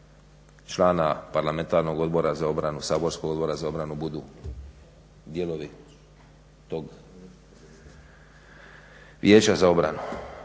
člana parlamentarnog Odbora za obranu, saborskog Odbora za obranu budu dijelovi tog Vijeća za obranu.